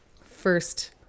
first